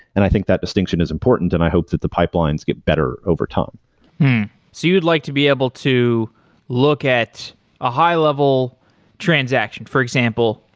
and i think that distinction is important and i hope that the pipelines get better over time so you'd like to be able to look at a high level transaction. for example,